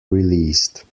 released